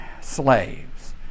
slaves